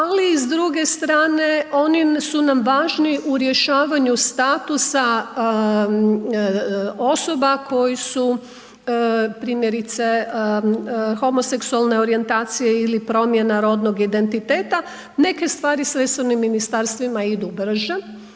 ali i s druge strane, oni su nam važni u rješavanju statusa osoba koje su primjerice homoseksualne orijentacije ili promjena rodnog identiteta, neke stvari s resornim ministarstvima idu brže